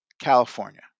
California